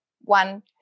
one